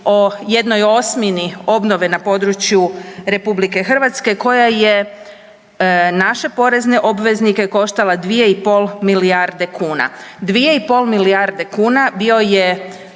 govoriti o 1/8 obnove na području Republike Hrvatske koja je naše porezne obveznike koštala 2 i pol milijarde kuna. 2 i pol milijarde kuna bio je